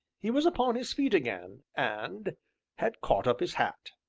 he was upon his feet again, and had caught up his hat.